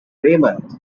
raymond